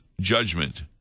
judgment